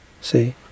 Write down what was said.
see